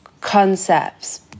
concepts